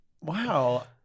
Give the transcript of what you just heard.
Wow